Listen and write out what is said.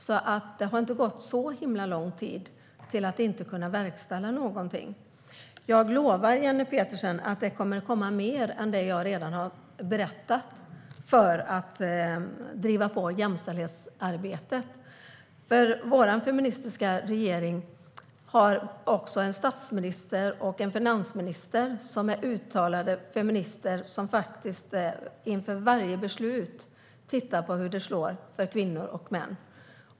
Det har alltså inte gått så himla lång tid till att kunna verkställa någonting. Jag lovar Jenny Petersson att det kommer att komma mer än det jag redan har berättat om för att driva på jämställdhetsarbetet. Vår feministiska regering har en statsminister och en finansminister som är uttalade feminister och som inför varje beslut tittar på hur det slår för kvinnor och män.